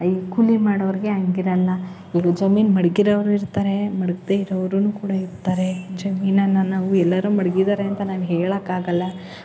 ಈ ಕೂಲಿ ಮಾಡೋರಿಗೆ ಹಂಗಿರೋಲ್ಲ ಯೂಜ್ವಲಿ ಮಡಗಿರೋರು ಇರ್ತಾರೆ ಮಡಗ್ದೆ ಇರೋರೂನು ಕೂಡ ಇರ್ತಾರೆ ಜಮೀನನ್ನು ನಾವು ಎಲ್ಲರೂ ಮಡಗಿದ್ದಾರೆ ಅಂತ ನಾನು ಹೇಳೋಕ್ಕಾಗೋಲ್ಲ